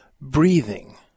breathing